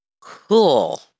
Cool